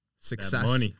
success